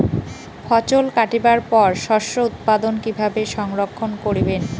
ফছল কাটিবার পর শস্য উৎপাদন কিভাবে সংরক্ষণ করিবেন?